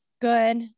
Good